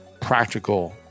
practical